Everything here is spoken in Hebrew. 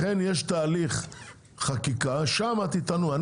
לכן יש תהליך חקיקה שמה תטענו,